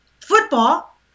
football